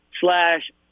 slash